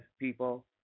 people